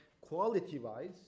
quality-wise